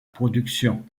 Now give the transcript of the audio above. production